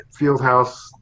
Fieldhouse